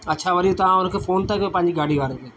अच्छा वरी तव्हांखे उनखे फोन त कयो पंहिंजी गाॾी वारे खे